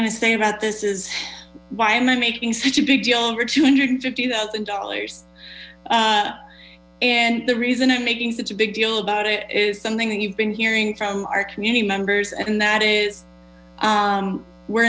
going to say about this is why am i making such a big deal over two hundred and fifty thousand dollars and the reason i'm making such a big deal about it is something that you've been hearing from our community members and that is we're